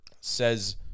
says